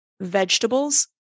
vegetables